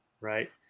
Right